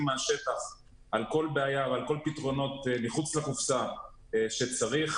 מהשטח על כל בעיה ועל פתרונות מחוץ לקופסה שצריך.